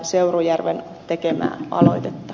seurujärven tekemää aloitetta